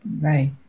Right